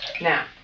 Now